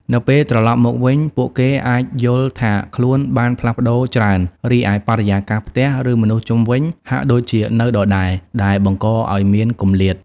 នៅពេលត្រឡប់មកវិញ ពួកគេអាចយល់ថាខ្លួនបានផ្លាស់ប្តូរច្រើន រីឯបរិយាកាសផ្ទះ ឬមនុស្សជុំវិញហាក់ដូចជានៅដដែល ដែលបង្កឱ្យមានគម្លាត។